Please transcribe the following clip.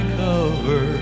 cover